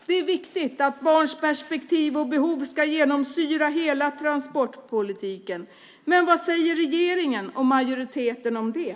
Det är viktigt att barns perspektiv och behov ska genomsyra hela transportpolitiken, men vad säger regeringen och majoriteten om det?